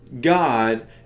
God